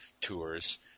tours